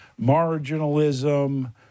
marginalism